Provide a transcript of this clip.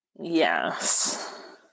Yes